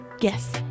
Yes